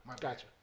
Gotcha